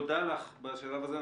תודה לך בשלב הזה.